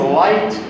light